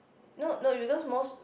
no no because most